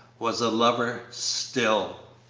was a lover still.